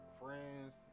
friends